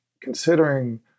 considering